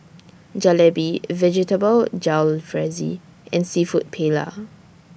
Jalebi Vegetable Jalfrezi and Seafood Paella